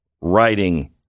writing